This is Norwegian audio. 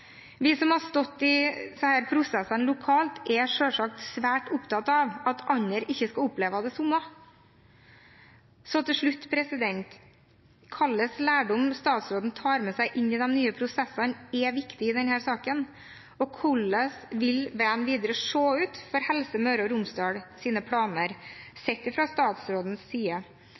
Vi som har stått i disse prosessene lokalt, er selvsagt svært opptatt av at andre ikke skal oppleve det samme. Så til slutt: Hvilken lærdom statsråden tar med seg inn i de nye prosessene, er viktig i denne saken. Hvordan vil veien videre se ut for Helse Møre og Romsdals planer,